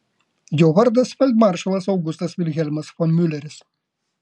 jo vardas feldmaršalas augustas vilhelmas von miuleris